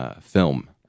film